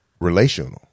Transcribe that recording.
relational